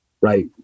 right